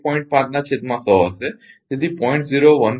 5 ના છેદમાં 100 હશે તેથી 0